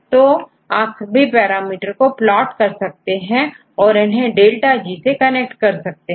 तोआप सभी पैरामीटर को प्लॉट कर सकते हैं इन्हें डेल्टाG से कनेक्ट कर सकते हैं